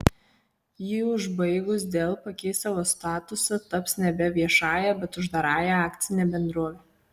jį užbaigus dell pakeis savo statusą taps nebe viešąja bet uždarąja akcine bendrove